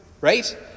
Right